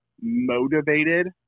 motivated